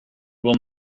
will